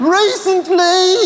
recently